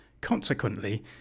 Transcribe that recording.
Consequently